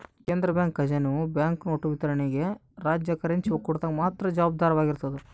ಕೇಂದ್ರ ಬ್ಯಾಂಕ್ ಖಜಾನೆಯು ಬ್ಯಾಂಕ್ನೋಟು ವಿತರಣೆಗೆ ರಾಜ್ಯ ಕರೆನ್ಸಿ ಒಕ್ಕೂಟದಾಗ ಮಾತ್ರ ಜವಾಬ್ದಾರವಾಗಿರ್ತದ